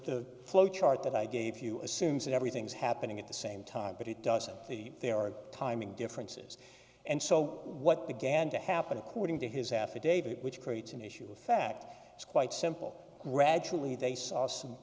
the flow chart that i gave you assumes that everything's happening at the same time but it doesn't the there are timing differences and so what the ganja happen according to his affidavit which creates an issue of fact is quite simple gradually they saw some